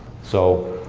so,